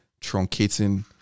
truncating